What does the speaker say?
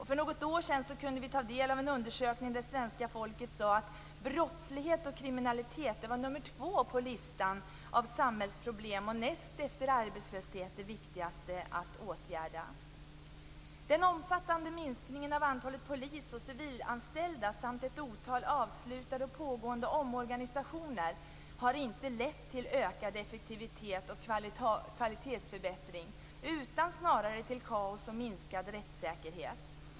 För något år sedan kunde vi ta del av en undersökning där svenska folket sade att brottslighet och kriminalitet var nummer två på listan över samhällsproblem och näst efter arbetslöshet det viktigaste att åtgärda. Den omfattande minskningen av antalet poliser och civilanställda samt ett otal avslutade och pågående omorganiseringar har inte lett till ökad effektivitet och kvalitetsförbättring, utan snarare till kaos och minskad rättssäkerhet.